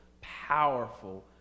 powerful